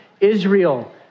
Israel